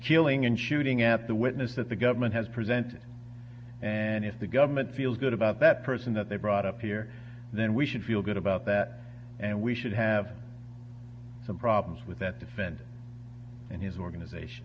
killing and shooting at the witness that the government has presented and if the government feels good about that person that they brought up here then we should feel good about that and we should have some problems with that defendant and his organization